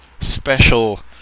special